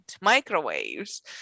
microwaves